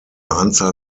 anzahl